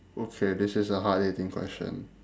okay this is a hard hitting question